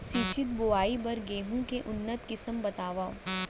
सिंचित बोआई बर गेहूँ के उन्नत किसिम बतावव?